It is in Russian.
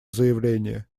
заявление